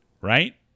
Right